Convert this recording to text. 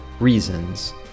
reasons